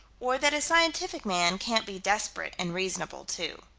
or that a scientific man can't be desperate and reasonable too.